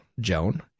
Joan